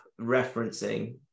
referencing